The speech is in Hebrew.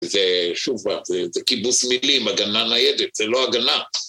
זה שוב, זה קיבוץ מילים, הגנה ניידת, זה לא הגנה.